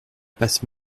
passe